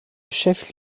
chef